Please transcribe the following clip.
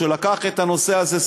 שלקח את הנושא הזה,